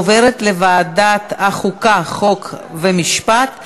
לוועדת החוקה, חוק ומשפט נתקבלה.